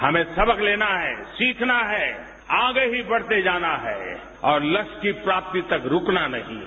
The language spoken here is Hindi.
हमें सबक लेना है सीखना है आगे ही बढ़ते जाना है और लक्ष्य्य की प्राप्ति तक रूकना नहीं है